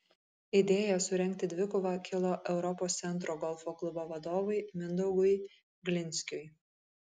idėja surengti dvikovą kilo europos centro golfo klubo vadovui mindaugui glinskiui